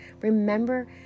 Remember